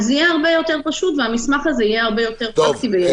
יהיה הרבה יותר פשוט והמסמך הזה יהיה הרבה יותר פרקטי.